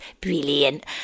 Brilliant